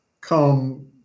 come